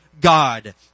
God